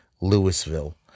Louisville